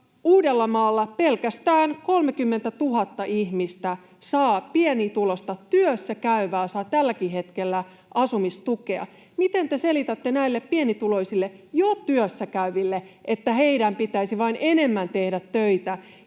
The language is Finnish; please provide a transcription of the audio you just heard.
Uudellamaalla 30 000 ihmistä, pienituloista työssä käyvää ihmistä, saa tälläkin hetkellä asumistukea. Miten te selitätte näille pienituloisille, jo työssä käyville, että heidän pitäisi vain enemmän tehdä töitä?